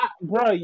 Bro